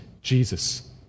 Jesus